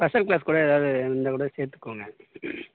special class கூட ஏதாவது இருந்தால் கூட சேர்த்துக்கோங்க